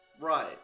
Right